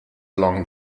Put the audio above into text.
along